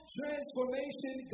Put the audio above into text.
transformation